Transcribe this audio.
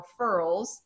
referrals